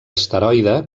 asteroide